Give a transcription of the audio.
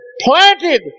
planted